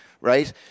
right